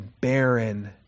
barren